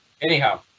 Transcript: Anyhow